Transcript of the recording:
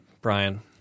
Brian